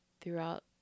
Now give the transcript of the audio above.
throughout